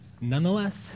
Nonetheless